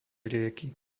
rieky